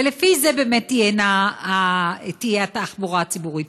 ולפי זה באמת תהיה התחבורה הציבורית.